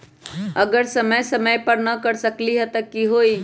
अगर समय समय पर न कर सकील त कि हुई?